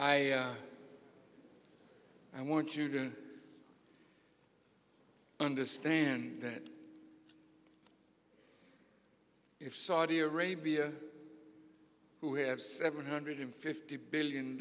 i i want you to understand that if saudi arabia who have seven hundred fifty billion